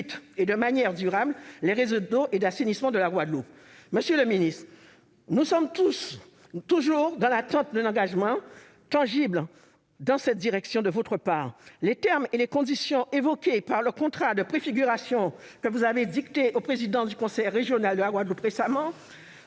et de manière durable les réseaux d'eau et d'assainissement de la Guadeloupe. Monsieur le ministre, nous sommes toujours dans l'attente d'un engagement tangible de votre part dans cette direction. Les termes et les conditions évoqués dans le contrat de préfiguration que vous avez dicté au président du conseil régional de la Guadeloupe sont